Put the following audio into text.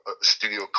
studio